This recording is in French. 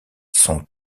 sont